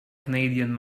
canadian